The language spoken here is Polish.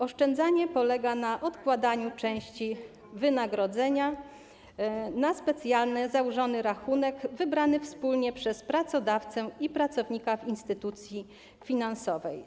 Oszczędzanie polega na odkładaniu części wynagrodzenia na specjalnie założony rachunek wybrany wspólnie przez pracodawcę i pracownika w instytucji finansowej.